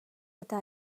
eta